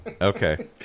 okay